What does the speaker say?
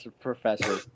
professor